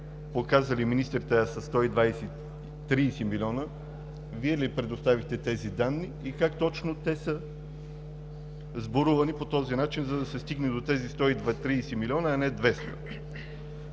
показали министрите, а са 120-130 милиона, Вие ли предоставихте тези данни? И как точно те са сборувани по този начин, за да се стигне до тези 120 милиона, а не 200?